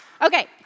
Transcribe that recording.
Okay